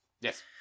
Yes